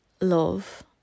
love